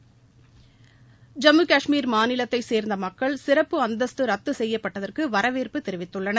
ஐம்மு காஷ்மீர் மாநிலத்தை சேர்ந்த மக்கள் சிறப்பு அந்தஸ்து ரத்து செய்யப்பட்டதற்கு வரவேற்பு தெரிவித்துள்ளனர்